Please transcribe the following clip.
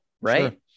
Right